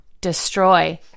destroy